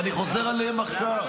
ואני חוזר עליהם עכשיו.